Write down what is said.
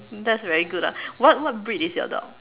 that's very good ah what what breed is your dog